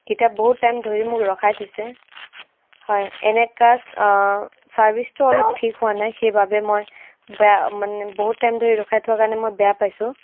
এতিয়া বহুত টাইম ধৰি মোক ৰখাই থৈছে হয় এনেকুৱা চাৰ্ভিছটো অলপ ঠিক হোৱা নাই সেইবাবে মই বেয়া মানে বহুত টাইম ধৰি ৰখাই থোৱা কাৰণে মই বেয়া পাইছোঁ